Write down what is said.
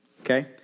Okay